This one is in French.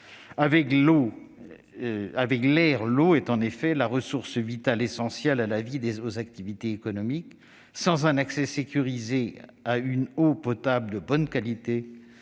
Avec l'air, l'eau est en effet la ressource vitale, essentielle à la vie et aux activités économiques. Sans un accès sécurisé à une eau potable de bonne qualité,